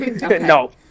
no